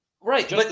right